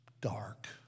dark